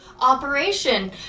operation